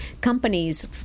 companies